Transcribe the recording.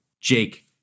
Jake